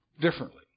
differently